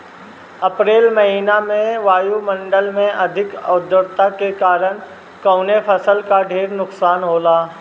अप्रैल महिना में वायु मंडल में अधिक आद्रता के कारण कवने फसल क ढेर नुकसान होला?